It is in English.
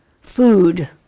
Food